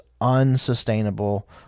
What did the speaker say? unsustainable